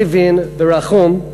מבין ורחום,